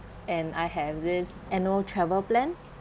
and I have this annual travel plan